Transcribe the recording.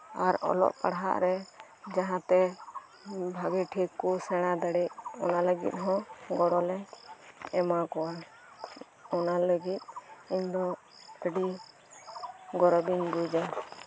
ᱟᱨ ᱚᱞᱚᱜ ᱯᱟᱲᱦᱟᱜ ᱨᱮ ᱡᱟᱦᱟᱸ ᱛᱮ ᱵᱷᱟᱜᱤᱴᱷᱤᱠ ᱠᱩ ᱥᱮᱬᱟ ᱫᱟᱲᱤᱜ ᱚᱱᱟ ᱞᱟᱹᱜᱤᱫ ᱦᱚᱸ ᱜᱚᱲᱚᱞᱮ ᱮᱢᱟᱠᱩᱣᱟ ᱚᱱᱟ ᱞᱟᱹᱜᱤᱫ ᱤᱧᱫᱚ ᱟᱹᱰᱤ ᱜᱚᱨᱚᱵᱤᱧ ᱵᱩᱡᱟ